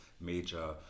major